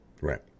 Right